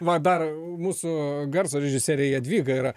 va dar mūsų garso režisierė jadvyga yra